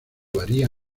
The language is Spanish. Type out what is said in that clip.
varía